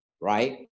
right